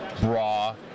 Bra